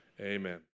Amen